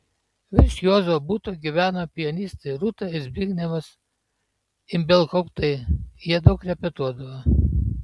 virš juozo buto gyveno pianistai rūta ir zbignevas ibelhauptai jie daug repetuodavo